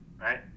right